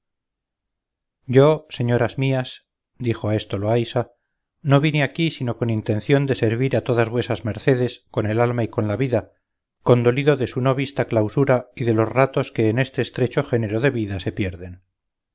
yo señoras mías dijo a esto loaysa no vine aquí sino con intención de servir a todas vuesas mercedes con el alma y con la vida condolido de su no vista clausura y de los ratos que en este estrecho género de vida se pierden